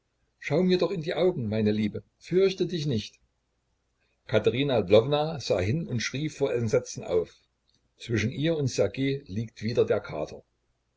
schau mir doch in die augen meine liebe fürchte dich nicht katerina lwowna sah hin und schrie vor entsetzen auf zwischen ihr und ssergej liegt wieder der kater